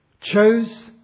chose